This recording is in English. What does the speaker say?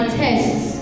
tests